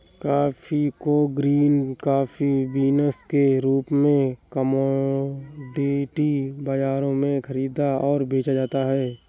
coffee को green coffee beans के रूप में कॉमोडिटी बाजारों में खरीदा और बेचा जाता है